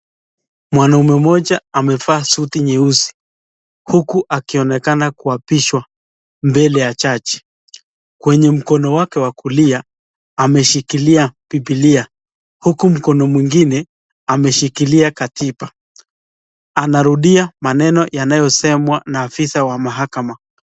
Mwanaume moja amevaa suti nyeusi, huku akionekana kuapishwa mbele ya jaji. Kwenye mkono wake wa kulia ameshikilia bibilia, huko mkono mwingine ameshikilia katiba. Anarudia maneno yanayosemwa na afisa wa mahakama,